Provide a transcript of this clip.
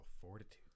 fortitude